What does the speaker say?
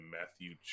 Matthew